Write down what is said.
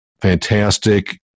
fantastic